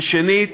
ושנית,